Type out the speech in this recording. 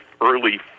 early